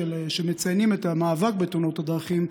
כשמציינים את המאבק בתאונות הדרכים,